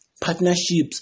partnerships